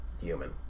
Human